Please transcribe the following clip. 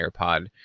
AirPod